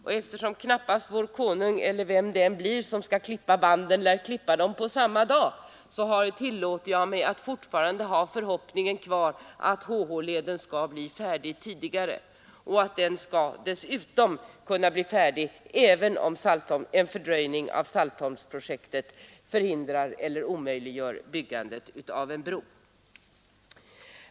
Och eftersom knappast vår konung — eller vem det nu blir som skall klippa av banden — lär klippa dem på samma dag tillåter jag mig att alltjämt hysa den förhoppningen att HH-leden skall blir färdig tidigare och dessutom att den skall bli färdig även om en fördröjning av Saltholmsprojektet hindrar eller omöjliggör byggandet av en bro.